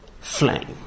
flame